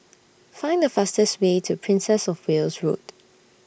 Find The fastest Way to Princess of Wales Road